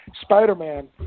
Spider-Man